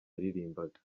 yaririmbaga